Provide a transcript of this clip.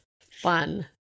Fun